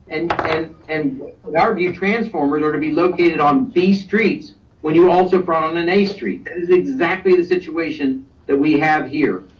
and and and and our view transformers are going to be located on these streets when you also brought on an a street, that is exactly the situation that we have here,